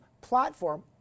platform